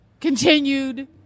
continued